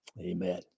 Amen